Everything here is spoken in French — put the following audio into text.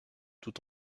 tout